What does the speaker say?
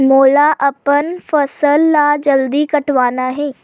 मोला अपन फसल ला जल्दी कटवाना हे?